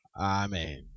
Amen